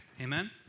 Amen